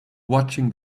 watching